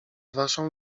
waszą